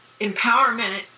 empowerment